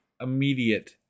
immediate